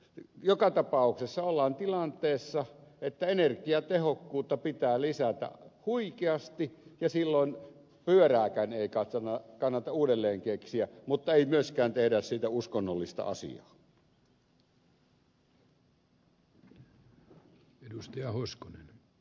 joka tapauksessa ollaan tilanteessa että energiatehokkuutta pitää lisätä huikeasti ja silloin pyörääkään ei kannata uudelleen keksiä mutta ei myöskään tehdä siitä uskonnollista asiaa